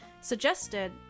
suggested